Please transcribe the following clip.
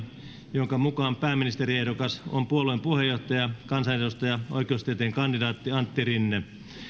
jonka mukaan pääministeriehdokas on puolueen puheenjohtaja kansanedustaja oikeustieteen kandidaatti antti rinne